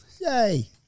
Yay